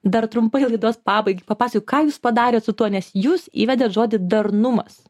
dar trumpai laidos pabaigai papasakok ką jūs padarėt su tuo nes jūs įvedėt žodį darnumas